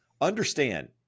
Understand